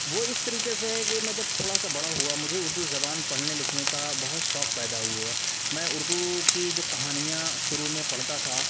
وہ اس طریقے سے ہے کہ میں جب تھوڑا سا بڑا ہوا مجھے اردو زبان پڑھنے لکھنے کا بہت شوق پیدا ہوا میں اردو کی جو کہانیاں شروع میں پڑھتا تھا